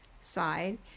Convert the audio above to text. side